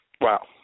Wow